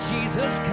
Jesus